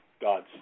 God's